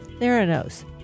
Theranos